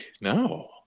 no